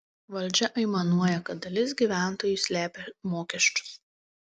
valdžia aimanuoja kad dalis gyventojų slepia mokesčius